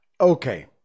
Okay